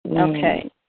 Okay